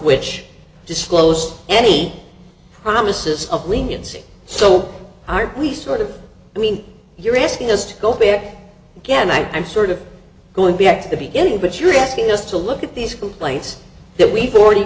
which disclose any promises of leniency so we sort of i mean you're asking us to go there again i'm sort of going back to the beginning but you're asking us to look at these complaints that we've already